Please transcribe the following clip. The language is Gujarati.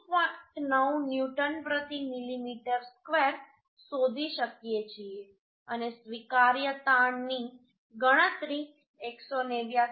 9 ન્યૂટન પ્રતિ મિલીમીટર ²શોધી શકીએ છીએ અને સ્વીકાર્ય તાણની ગણતરી 189